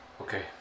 Okay